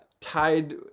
tied